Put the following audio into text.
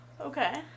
Okay